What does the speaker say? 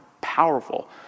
powerful